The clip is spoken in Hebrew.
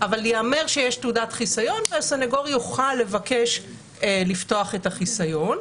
ייאמר שיש תעודת חיסיון והסנגור יוכל לבקש לפתוח את החיסיון.